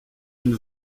une